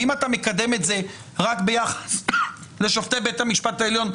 אם אתה מקדם את זה רק ביחס לשופטי בית המשפט העליון,